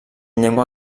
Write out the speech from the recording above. llengua